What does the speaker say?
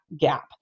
gap